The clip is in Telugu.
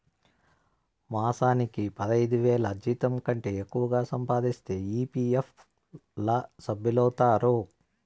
మాసానికి పదైదువేల జీతంకంటే ఎక్కువగా సంపాదిస్తే ఈ.పీ.ఎఫ్ ల సభ్యులౌతారు